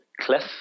cliff